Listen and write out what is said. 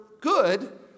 good